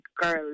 girls